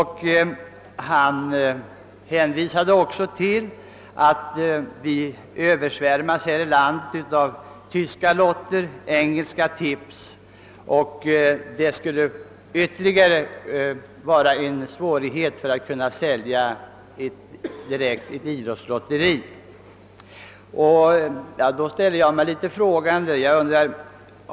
Han hänvisade också till att vi här i landet översvämmas av tyska lotter och engelska tips, och dessa skulle ytterligare öka svårigheterna att sälja lotter i ett idrottslotteri.